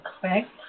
correct